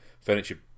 furniture